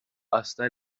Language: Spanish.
hasta